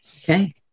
Okay